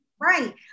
Right